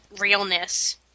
realness